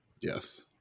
Yes